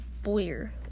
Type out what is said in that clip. Boyer